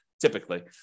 typically